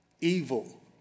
evil